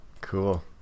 Cool